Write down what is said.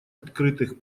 открытых